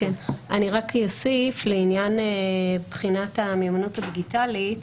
אני רק אוסיף לעניין בחינת המיומנות הדיגיטלית,